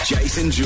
Jason